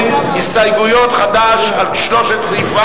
ההסתייגויות של קבוצת חד"ש לסעיף 38,